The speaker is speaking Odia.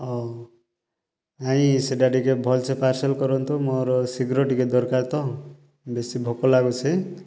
ହଉ ନାଇଁ ସେଟା ଟିକିଏ ଭଲସେ ପାର୍ସଲ୍ କରନ୍ତୁ ମୋର ଶୀଘ୍ର ଟିକିଏ ଦରକାର ତ ବେଶୀ ଭୋକ ଲାଗୁଛି